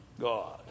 God